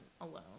alone